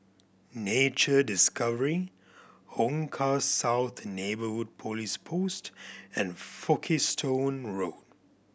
Nature Discovery Hong Kah South Neighbourhood Police Post and Folkestone Road